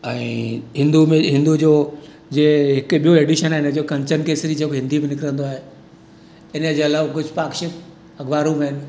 ऐं हिंदू में हिंदू जो जीअं हिकु ॿियो एडिशन आहिनि जेको कंचन केसरी जो जेको हिंदी बि निकिरींदो आहे इनजे अलावा कुझु पाक्शियूं अख़बारूं बि आहिनि